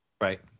right